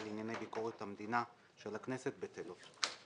לענייני ביקורת המדינה של הכנסת בטלות.